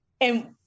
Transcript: And-